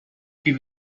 die